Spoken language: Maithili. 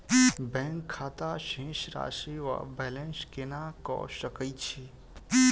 बैंक खाता शेष राशि वा बैलेंस केना कऽ सकय छी?